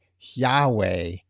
Yahweh